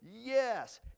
Yes